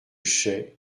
chaix